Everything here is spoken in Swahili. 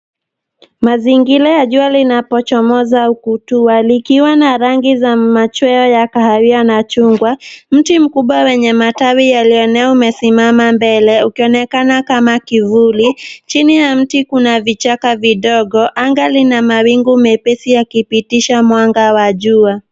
Mazinyya jua linapochomoza kutwa likiwa na rangi za machweo ya kahawia na chungwa. Mti mkubwa na yenye matawi yaliyoenea umesimama mbele ukionekana kama kivuli. Chini ya mti kuna vichaka vidogo. Anga lina mawingu mepesi yakipitisha mwanga wa jua.